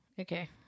Okay